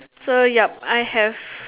so yep I have